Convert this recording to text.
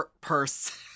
purse